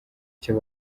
icyo